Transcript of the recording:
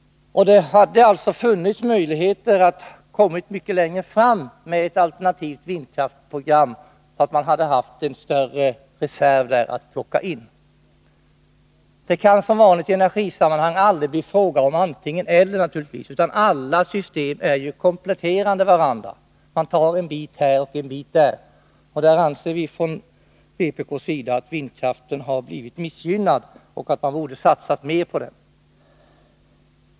Det hade funnits möjligheter att komma längre med ett alternativt vindkraftsprogram, så att man hade haft en större reserv. Det kan som vanligt i energisammanhang naturligtvis aldrig bli fråga om antingen eller, utan alla system måste komplettera varandra. Man tar en bit här och en där. Vi från vpk anser att vindkraften har blivit missgynnad och att man borde ha satsat mer på den.